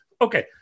Okay